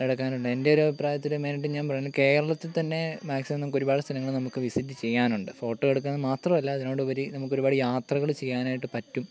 എടുക്കാനുണ്ട് എൻ്റെ ഒരഭിപ്രായത്തിൽ മെയ്നായിട്ടും ഞാൻ പറയുന്നു കേരളത്തിൽ തന്നെ മാക്സിമം നമുക്കൊരുപാട് സ്ഥലങ്ങൾ നമുക്ക് വിസിറ്റ് ചെയ്യാനുണ്ട് ഫോട്ടോ എടുക്കുന്ന മാത്രമല്ല അതിനോടുപരി നമ്മക്കൊരുപാട് യാത്രകൾ ചെയ്യാനായിട്ട് പറ്റും